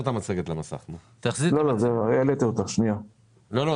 להקצות 10 אחוזים מההחלטה ליישובי רמת הגולן ואנחנו נכנסנו להחלטה הזאת